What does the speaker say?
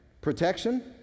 Protection